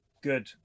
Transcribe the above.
Good